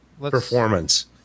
performance